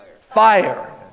fire